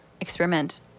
experiment